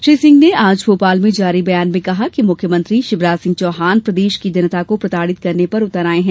श्री सिंह ने आज भोपाल में जारी बयान में कहा कि मुख्यमंत्री शिवराज सिंह चौहान प्रदेश की जनता को प्रताड़ित करने पर उतर आए हैं